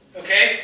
okay